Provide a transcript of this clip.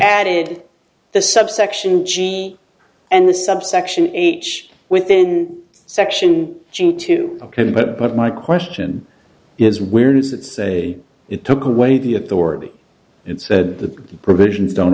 added the subsection g and the subsection age within section g to have it but my question is where does it say it took away the authority it said the provisions don't